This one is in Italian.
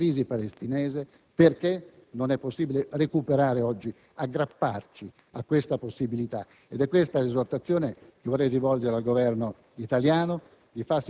della crisi palestinese, perché non è possibile recuperare oggi ed aggrapparci a questa possibilità? È questa l'esortazione che vorrei rivolgere al Governo italiano,